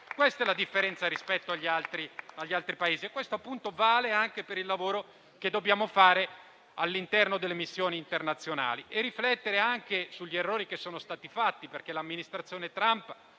Questa è la differenza rispetto agli altri Paesi, e questo vale anche per il lavoro che dobbiamo fare con riferimento alle missioni internazionali. Dobbiamo riflettere anche sugli errori che sono stati fatti, perché l'amministrazione Trump